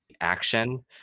action